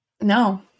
No